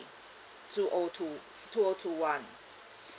two O two two O two one